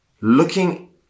Looking